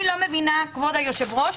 כבוד היושב-ראש,